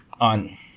on